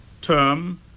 term